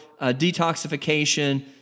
detoxification